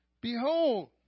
behold